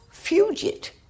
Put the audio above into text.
fugit